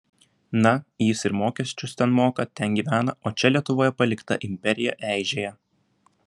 na jis ir mokesčius ten moka ten gyvena o čia lietuvoje palikta imperija eižėja